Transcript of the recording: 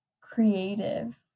creative